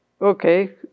Okay